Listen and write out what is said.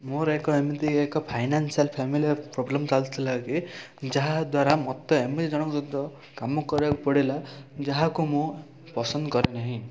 ମୋର ଏକ ଏମିତି ଏକ ଫାଇନାନସିଆଲ୍ ଫ୍ୟାମିଲରେ ପ୍ରୋବ୍ଲେମ୍ ଚାଲିଥିଲା କି ଯାହାଦ୍ୱାରା ମୋତେ ଏମିତି ଜଣଙ୍କ ସହିତ କାମ କରିବାକୁ ପଡ଼ିଲା ଯାହାକୁ ମୁଁ ପସନ୍ଦ କରେନାହିଁ